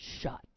shut